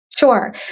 Sure